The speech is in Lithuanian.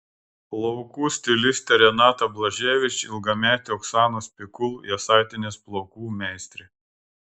plaukų stilistė renata blaževič ilgametė oksanos pikul jasaitienės plaukų meistrė